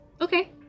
Okay